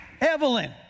Evelyn